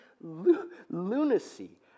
lunacy